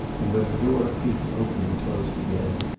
and when the door creaked open and closed again,